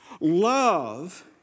Love